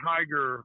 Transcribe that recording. Tiger